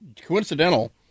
coincidental